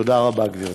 תודה רבה, גברתי.